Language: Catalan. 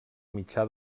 mitjà